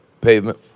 pavement